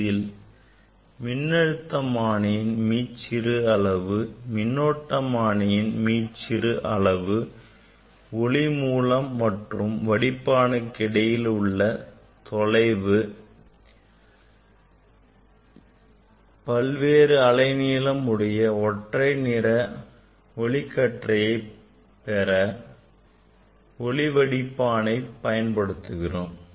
இதில் இதில் மின்னழுத்தமானியின் மீச்சிறு அளவு மின்னோட்டமானியின் மீச்சிறு அளவு ஒளி மூலம் மற்றும் நிறவடிப்பானுக்கு இடையே உள்ள தொலைவு பல்வேறு அலைநீளம் உடைய ஒற்றை நிற ஒளிகற்றையை பெற ஒளிவடிப்பானை பயன்படுத்துகிறோம்